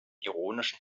ironischen